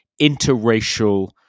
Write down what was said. interracial